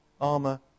armor